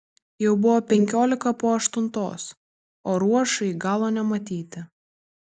jau buvo penkiolika po aštuntos o ruošai galo nematyti